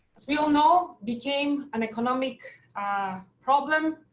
as we all know, became an economic problem,